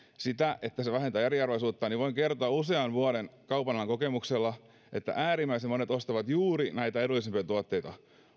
sitä että se vähentää eriarvoisuutta niin voin kertoa usean vuoden kaupan alan kokemuksella että äärimmäisen monet ostavat juuri näitä edullisempia tuotteita